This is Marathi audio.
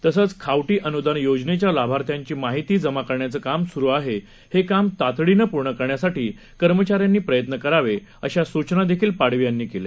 तसंचखावटीअनुदानयोजनेच्यालाभार्थ्यांचीमाहितीजमाकरण्याचंकामसुरूआहे हेकामतातडीनंपूर्णकरण्यासाठीकर्मचाऱ्यांनीप्रयत्नकरावे अशासूचनापाडवीयांनीकेल्या